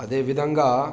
అదేవిధంగా